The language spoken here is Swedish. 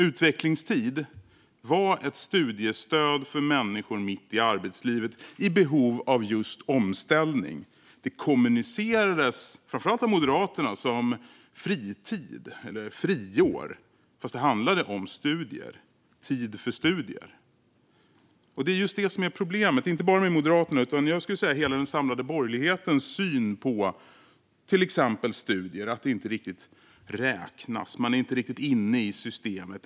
Utvecklingstid var ett studiestöd för människor mitt i arbetslivet i behov av just omställning. Det kommunicerades, framför allt av Moderaterna, som fritid eller friår, fast det handlade om tid för studier. Det är just det som är problemet - inte bara med Moderaternas utan med, skulle jag säga, hela den samlade borgerlighetens syn på exempelvis studier: att det inte riktigt räknas. Man är inte riktigt inne i systemet.